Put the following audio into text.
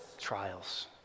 Trials